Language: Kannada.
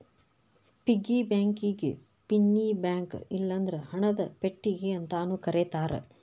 ಪಿಗ್ಗಿ ಬ್ಯಾಂಕಿಗಿ ಪಿನ್ನಿ ಬ್ಯಾಂಕ ಇಲ್ಲಂದ್ರ ಹಣದ ಪೆಟ್ಟಿಗಿ ಅಂತಾನೂ ಕರೇತಾರ